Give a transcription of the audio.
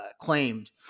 claimed